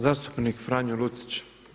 Zastupnik Franjo Lucić.